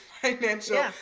financial